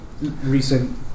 recent